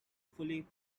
fully